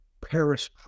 Paris